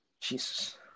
Jesus